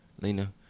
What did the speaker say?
Lena